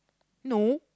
no